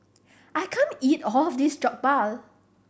I can't eat all of this Jokbal